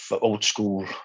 old-school